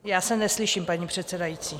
Já se neslyším, paní předsedající.